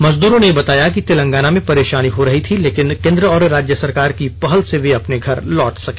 मजदूरो ने बताया कि तेलंगाना में परेशानी हो रही थी लेकिन केंद्र और राज्य सरकार की पहल से वे अपने घर लौट सके